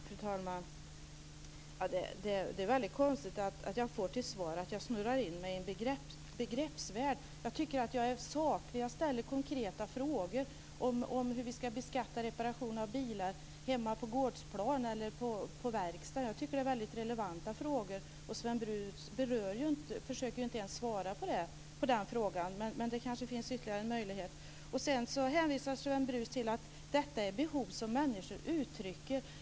Fru talman! Det är väldigt konstigt att jag får till svar att jag snurrar in mig i en begreppsvärld. Jag tycker att jag är saklig, och jag ställer konkreta frågor om hur vi ska beskatta reparation av bilar hemma på gårdsplanen eller på verkstaden. Det tycker jag är relevanta frågor. Sven Brus försöker inte ens svara på dessa frågor. Sven Brus hänvisar till att det handlar om behov som människor uttrycker.